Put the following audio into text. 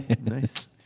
Nice